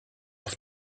auf